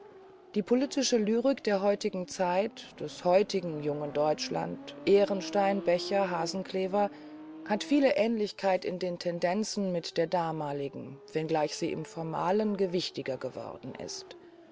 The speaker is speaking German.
die politische lyrik der heutigen zeit des heutigen jungen deutschland ehrenstein becher hasenclever hat viele ähnlichkeit in den tendenzen mit der damaligen wenngleich sie im formalen gewichtiger geworden ist